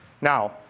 Now